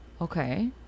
Okay